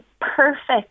perfect